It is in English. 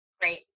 Great